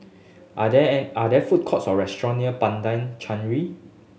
are there food courts or restaurants near Padang Chancery